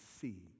see